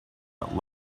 that